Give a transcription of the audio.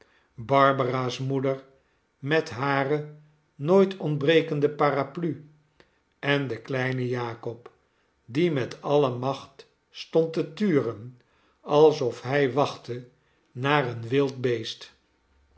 barbara's moeder met hare nooit ontbrekende paraplu en den kleinen jakob die met alle macht stond te turen alsof hij wachtte naar een wild beest